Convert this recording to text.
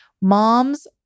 moms